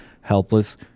helpless